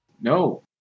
No